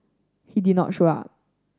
he did not show up